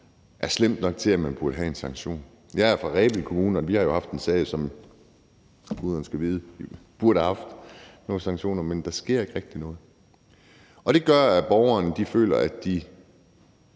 er slem nok, til at man burde have en sanktion. Jeg er fra Rebild Kommune, og vi har jo haft en sag, som guderne skal vide at vi burde have haft nogle sanktioner for, men der sker ikke rigtig noget. Det gør, at borgerne føler, at de